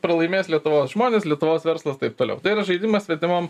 pralaimės lietuvos žmonės lietuvos verslas taip toliau tai yra žaidimas svetimom